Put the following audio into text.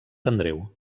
andreu